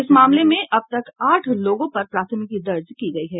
इस मामले में अब तक आठ लोगों पर प्राथमिकी दर्ज की गयी है